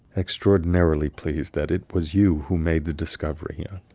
extraordinarily pleased that it was you who made the discovery here.